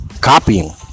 copying